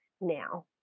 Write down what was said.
now